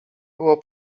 było